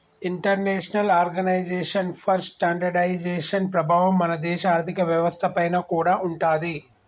international organisation for standardisation ప్రభావం మన దేశ ఆర్ధిక వ్యవస్థ పైన కూడా ఉంటాది